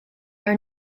are